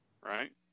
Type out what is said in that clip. Right